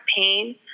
pain